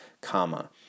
comma